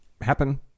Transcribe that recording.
happen